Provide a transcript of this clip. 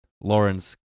Lawrence